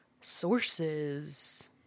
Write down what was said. sources